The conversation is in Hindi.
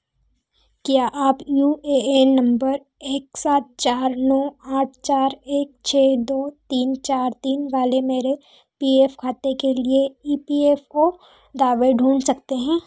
क्या आप यू ए एन नंबर एक सात चार नौ आठ चार एक छः दो तीन चार तीन वाले मेरे पी एफ़ खाते के सभी ई पी एफ़ ओ दावे ढूँढ सकते हैं